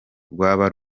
rwaba